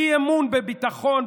אי-אמון בביטחון,